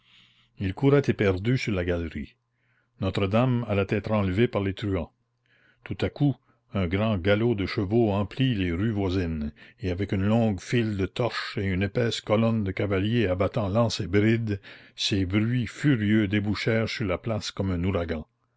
il courait éperdu sur la galerie notre-dame allait être enlevée par les truands tout à coup un grand galop de chevaux emplit les rues voisines et avec une longue file de torches et une épaisse colonne de cavaliers abattant lances et brides ces bruits furieux débouchèrent sur la place comme un ouragan